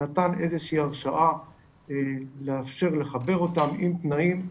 נתן איזה שהיא הרשאה לאפשר לחבר אותם עם תנאים.